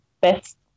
best